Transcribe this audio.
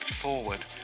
forward